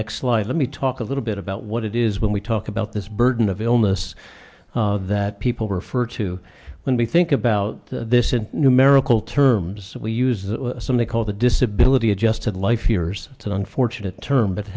next slide let me talk a little bit about what it is when we talk about this burden of illness that people refer to when we think about this in numerical terms we use something called a disability adjusted life years to the unfortunate term that